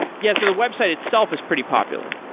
yeah so the website itself is pretty popular.